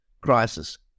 crisis